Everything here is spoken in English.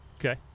Okay